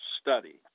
study